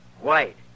White